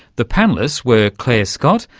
the panellists were clare scott,